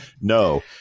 no